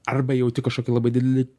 arba jauti kažkokį labai didelį